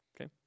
Okay